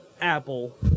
Apple